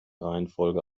reihenfolge